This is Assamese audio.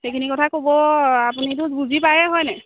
সেইখিনি কথা ক'ব আপুনিটো বুজি পায়েই হয়নে